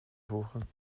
voegen